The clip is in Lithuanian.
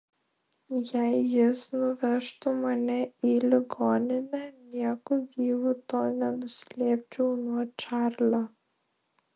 jei jis nuvežtų mane į ligoninę nieku gyvu to nenuslėpčiau nuo čarlio